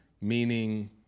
Meaning